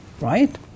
right